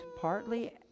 partly